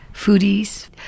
foodies